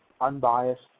unbiased